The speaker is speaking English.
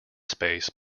space